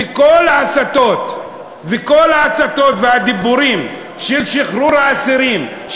וכל ההסתות, וכל הדיבורים, על שחרור האסירים,